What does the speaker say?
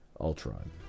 ultron